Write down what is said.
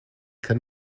kann